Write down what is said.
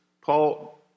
Paul